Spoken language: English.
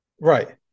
Right